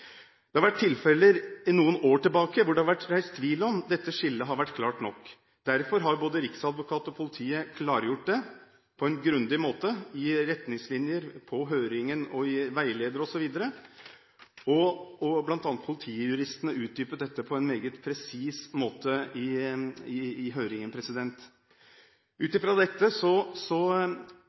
Det har vært tilfeller – noen år tilbake – der det har vært reist tvil om dette skillet var klart nok. Derfor har både Riksadvokaten og politiet klargjort dette på en grundig måte i retningslinjer, på høringen og i veileder osv, og bl.a. utdypet Politijuristene dette på en meget presis måte i høringen. Ut fra dette